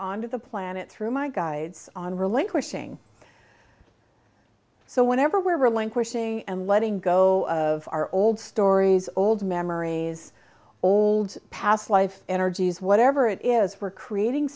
on to the planet through my guides on relinquishing so whenever we're relinquishing and letting go of our old stories old memories or old past life energies whatever it is we're creating